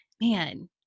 man